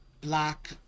black